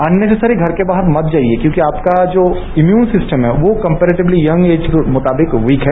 unnecessary घर के बाहर मत जाइए क्योंकि आपका जो इम्युन सिस्टम है वो कम्पेरेटिवली यंग ऐज के मुताबिक वीक है